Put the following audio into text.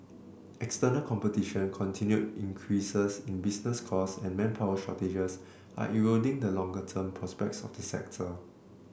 external competition continued increases in business costs and manpower shortages are eroding the longer term prospects of the sector